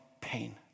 pain